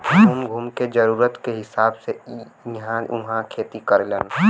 घूम घूम के जरूरत के हिसाब से इ इहां उहाँ खेती करेलन